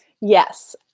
Yes